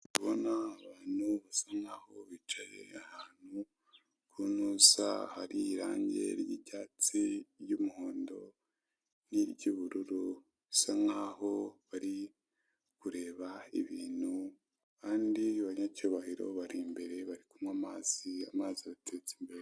ndi kubona abantu basa nkaho bicaye ahantu ku ntuza hari irange ry'icyatsi iry'umuhondo n'iry'ubururu ,bisa nkaho bari kureba ibintu abandi banyacyubahiro bari imbere bari kunywa amazi, amazi abateretse imbere